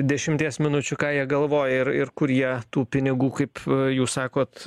dešimties minučių ką jie galvoja ir ir kur jie tų pinigų kaip jūs sakot